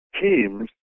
teams